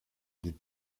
des